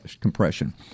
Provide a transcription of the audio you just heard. compression